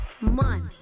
Money